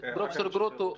פרופ' גרוטו,